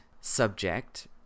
subject